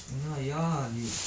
ya ya